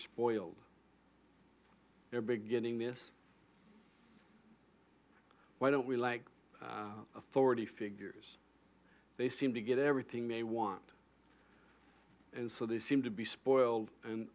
spoiled they're beginning this why don't we like authority figures they seem to get everything they want and so they seem to be spoiled and